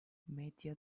medya